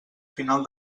final